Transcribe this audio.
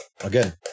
again